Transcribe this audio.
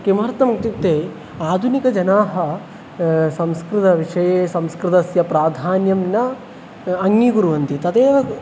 किमर्थम् इत्युक्ते आधुनिकजनाः संस्कृतविषये संस्कृतस्य प्राधान्यं न अङ्गीकुर्वन्ति तदेव